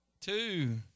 two